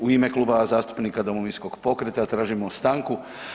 U ime Kluba zastupnika Domovinskog pokreta tražimo stanku.